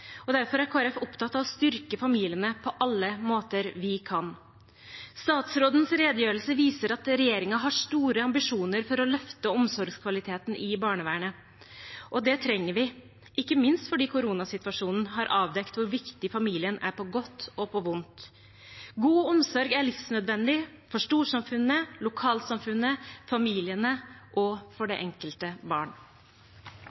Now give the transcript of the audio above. Derfor er Kristelig Folkeparti opptatt av å styrke familiene på alle måter vi kan. Statsrådens redegjørelse viser at regjeringen har store ambisjoner for å løfte omsorgskvaliteten i barnevernet. Det trenger vi, ikke minst fordi koronasituasjonen har avdekket hvor viktig familien er på godt og på vondt. God omsorg er livsnødvendig, for storsamfunnet, for lokalsamfunnet, for familiene og for det